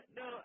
no